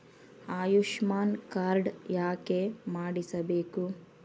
Ayushman card ಯಾಕೆ ಮಾಡಿಸಬೇಕು?